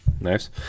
nice